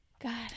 God